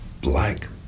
black